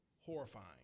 horrifying